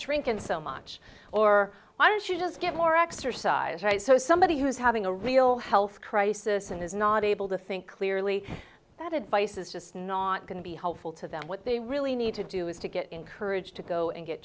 drinking so much or why don't you just get more exercise right so somebody who is having a real health crisis and is not able to think clearly that advice is just not going to be helpful to them what they really need to do is to get encouraged to go and get